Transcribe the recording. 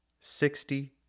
sixty